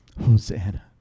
Hosanna